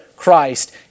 christ